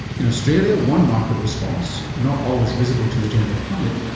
in australia one market response, not always visible to the general public,